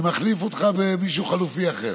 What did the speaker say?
אני מחליף אותך במישהו חליפי אחר,